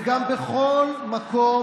וגם בכל מקום,